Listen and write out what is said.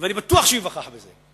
ואני בטוח שהוא ייווכח בזה,